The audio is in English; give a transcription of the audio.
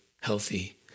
healthy